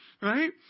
Right